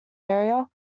area